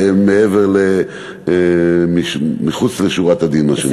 אפשר קצת מחוץ לשורת הדין, מה שנקרא.